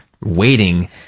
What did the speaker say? waiting